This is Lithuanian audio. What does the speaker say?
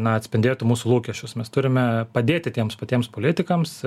na atspindėtų mūsų lūkesčius mes turime padėti tiems patiems politikams